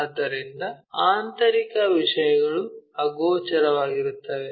ಆದ್ದರಿಂದ ಆಂತರಿಕ ವಿಷಯಗಳು ಅಗೋಚರವಾಗಿರುತ್ತವೆ